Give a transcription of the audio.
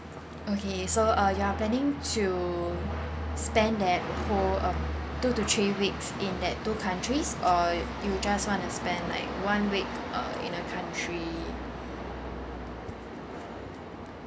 okay so uh you are planning to spend that whole uh two to three weeks in that two country or you just want to spend like one week uh in a country